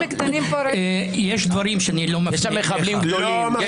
יש שם מחבלים גדולים.